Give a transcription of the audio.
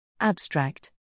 Abstract